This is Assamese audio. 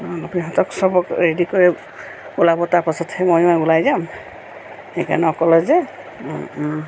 ইহঁতক চবক ৰেডি কৰি ওলাব তাৰপাছতহে মইয়ো ওলাই যাম সেইকাৰণে অকলে যে